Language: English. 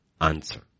Answer